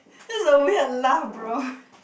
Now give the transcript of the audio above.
that is a weird laugh bro